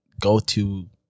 go-to